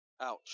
ouch